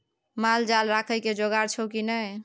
माल जाल राखय के जोगाड़ छौ की नै